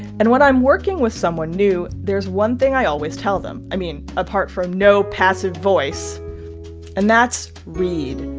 and when i'm working with someone new, there's one thing i always tell them i mean, apart from no passive voice and that's read.